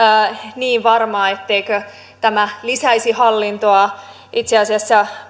niin varma etteikö tämä lisäisi hallintoa itse asiassa